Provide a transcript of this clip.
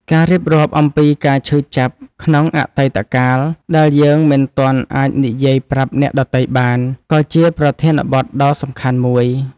ការរៀបរាប់អំពីការឈឺចាប់ក្នុងអតីតកាល ដែលយើងមិនទាន់អាចនិយាយប្រាប់អ្នកដទៃបាន ក៏ជាប្រធានបទដ៏សំខាន់មួយ។